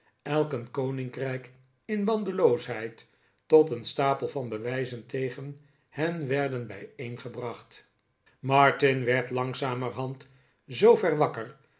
elk een koninkrijk in bandeloosheid tot een stapel van bewijzen tegen hen werden bij eengebracht martin werd langzamerhand zoover wakker